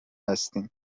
هستیم